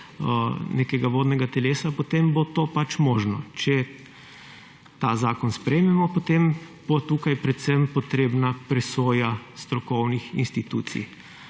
nekega vodnega telesa, potem bo to pač mogoče. Če ta zakon sprejmemo, potem bo tukaj predvsem potrebna presoja strokovnih institucij,